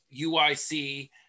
UIC